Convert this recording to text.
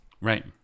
Right